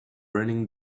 running